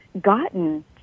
gotten